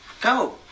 Go